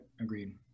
agreed